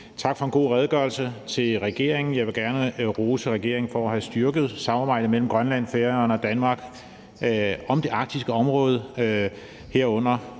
Tak for en god redegørelse til regeringen. Jeg vil gerne rose regeringen for at have styrket samarbejdet mellem Grønland, Færøerne og Danmark om det arktiske område, herunder